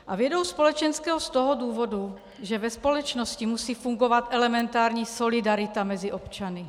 A vědou společenskou z toho důvodu, že ve společnosti musí fungovat elementární solidarita mezi občany.